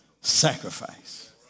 sacrifice